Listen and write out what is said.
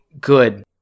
good